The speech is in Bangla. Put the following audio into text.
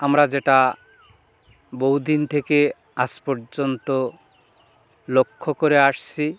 আমরা যেটা বহু দিন থেকে আজ পর্যন্ত লক্ষ্য করে আসছি